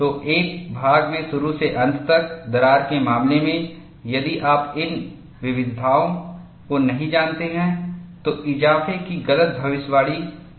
तो एक भाग में शुरू से अंत तक दरार के मामले में यदि आप इन विविधताओं को नहीं जानते हैं तो इजाफे की गलत भविष्यवाणी की जा सकती है